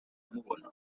amubona